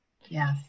Yes